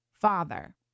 father